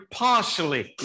partially